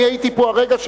אני הייתי פה הרגע,